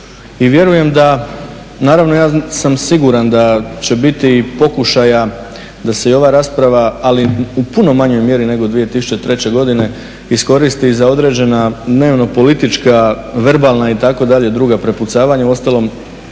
I vjerujem da, naravno ja sam siguran da će biti i pokušaja da se i ova rasprava ali u puno manjoj mjeri nego 2003. godine iskoristi za određena dnevno-politička verbalna itd. druga prepucavanja. Uostalom